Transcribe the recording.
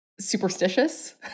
superstitious